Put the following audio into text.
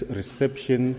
reception